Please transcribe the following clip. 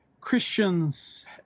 Christians